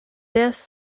best